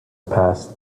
passed